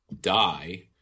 die